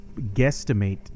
guesstimate